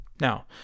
Now